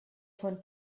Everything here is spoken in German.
von